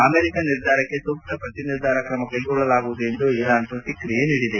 America ನಿರ್ಧಾರಕ್ಷೆ ಸೂಕ್ತ ಪ್ರತಿ ನಿರ್ಧಾರ ಕ್ರಮ ಕ್ಷೆಗೊಳ್ಳಲಾಗುವುದು ಎಂದು ಇರಾನ್ ಪ್ರತಿಕ್ರಿಯೆ ನೀಡಿದೆ